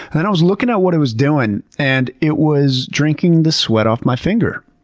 then i was looking at what it was doing, and it was drinking the sweat off my finger.